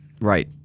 right